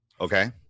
Okay